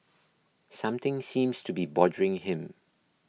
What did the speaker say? something seems to be bothering him